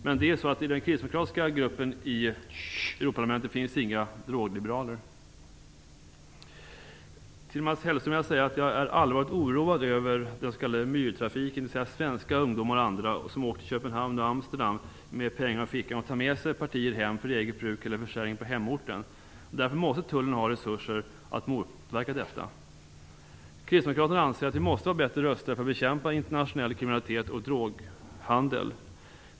Men i den kristdemokratiska gruppen i Europaparlamentet finns inga drogliberaler. Till Mats Hellström vill jag säga att jag är allvarligt oroad över trafiken av svenska ungdomar och andra som åker till Köpenhamn och Amsterdam med pengar på fickan och tar partier med sig hem för eget bruk eller för försäljning på hemorten. Därför måste tullen ha resurser för att motverka detta. Kristdemokraterna anser att vi måste vara bättre rustade för att bekämpa internationell kriminalitet och droghandel.